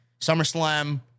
SummerSlam